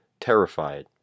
terrified